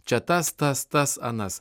čia tas tas tas anas